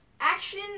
action